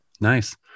nice